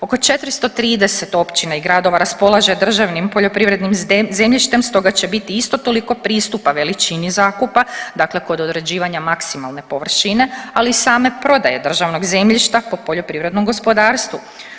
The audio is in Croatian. Oko 430 općina i gradova raspolaže državnim poljoprivrednim zemljištem, stoga će biti isto toliko pristupa veličini zakupa, dakle kod određivanja maksimalne površine, ali i same prodaje državnog zemljišta po poljoprivrednom gospodarstvu.